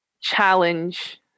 challenge